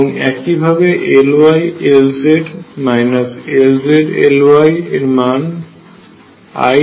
এবং একইভাবে Ly Lz Lz Ly এর মান iℏLx হবে